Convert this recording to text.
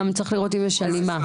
צריך לראות אם יש הלימה.